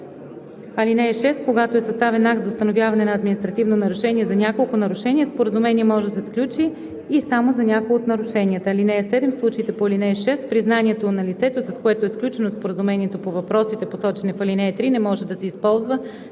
(6) Когато е съставен акт за установяване на административно нарушение за няколко нарушения, споразумение може да се сключи и само за някое от нарушенията. (7) В случаите по ал. 6, признанието на лицето, с което е сключено споразумение по въпросите, посочени в ал. 3, не може да се използва